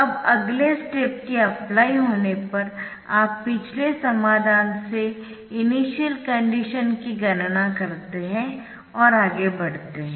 अब अगले स्टेप के अप्लाई होने पर आप पिछले समाधान से इनिशियल कंडीशन की गणना करते है और आगे बढ़ते है